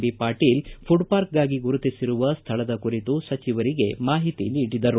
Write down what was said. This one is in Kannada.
ಬಿ ಪಾಟೀಲ್ ಪುಡ್ ಪಾರ್ಕ್ ಗಾಗಿ ಗುರುತಿಸಿರುವ ಸ್ವಳದ ಕುರಿತು ಸಚಿವರಿಗೆ ಮಾಹಿತಿ ನೀಡಿದರು